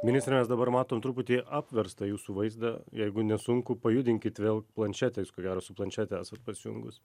ministre mes dabar matom truputį apverstą jūsų vaizdą jeigu nesunku pajudinkit vėl planšetę jūs ko gero su planšete esat pasijungus